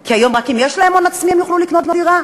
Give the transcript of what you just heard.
כי היום רק אם יש להם הון עצמי הם יוכלו לקנות דירה.